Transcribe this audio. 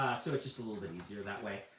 so it's just a little bit easier that way.